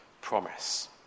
promise